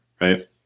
right